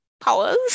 powers